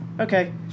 okay